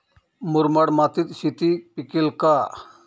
मुरमाड मातीत शेती पिकेल का?